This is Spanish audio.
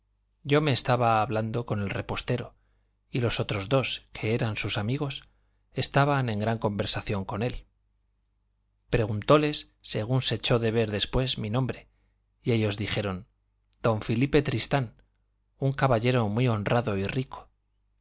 yo me estaba hablando con el repostero y los otros dos que eran sus amigos estaban en gran conversación con él preguntóles según se echó de ver después mi nombre y ellos dijeron don filipe tristán un caballero muy honrado y rico